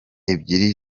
ebyiri